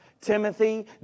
Timothy